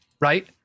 Right